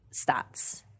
stats